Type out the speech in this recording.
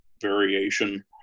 variation